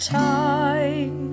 time